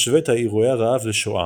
משווה את אירועי הרעב לשואה.